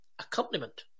accompaniment